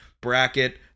bracket